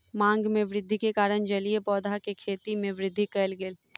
मांग में वृद्धि के कारण जलीय पौधा के खेती में वृद्धि कयल गेल